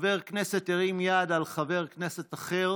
חבר כנסת הרים יד על חבר כנסת אחר.